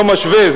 אני לא משווה,